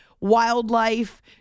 wildlife